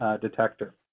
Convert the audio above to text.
detector